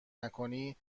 نکنی